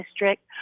District